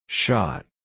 Shot